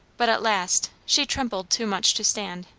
but at last she trembled too much to stand,